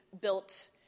built